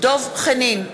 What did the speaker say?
דב חנין,